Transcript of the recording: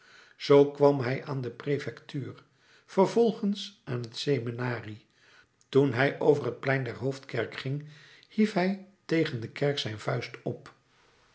zoo kwam hij aan de prefectuur vervolgens aan het seminarie toen hij over het plein der hoofdkerk ging hief hij tegen de kerk zijn vuist op